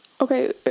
Okay